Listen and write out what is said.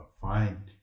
fine